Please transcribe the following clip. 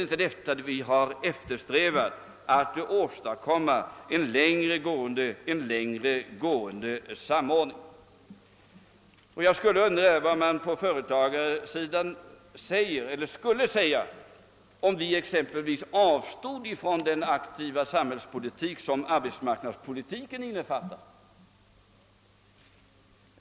Har man inte eftersträvat en längre gående samordning? Jag undrar vad man skulle säga på företagarsidan, om vi exempelvis avstode från den aktiva samhällspolitik som arbetsmarknadspolitiken innefattar.